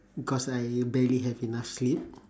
because I barely have enough sleep